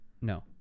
no